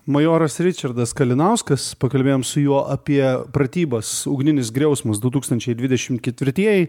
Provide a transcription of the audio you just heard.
majoras ričardas kalinauskas pakalbėjom su juo apie pratybas ugninis griausmas du tūkstančiai dvidešim ketvirtieji